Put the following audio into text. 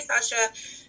Sasha